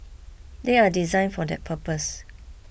they are designed for that purpose